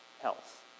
health